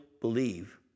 believe